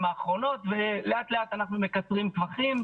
האחרונות ולאט לאט אנחנו מקצרים טווחים.